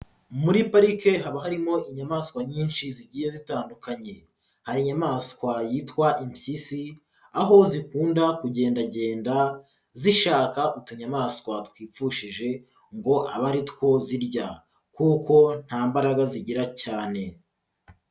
Muri parike haba harimo inyamaswa nyinshi zigiye zitandukanye, hari inyamaswa yitwa impyisi aho zikunda kugendagenda zishaka utunyamaswa twipfushije ngo abe ari two zirya, kuko nta mbaraga zigira cyane.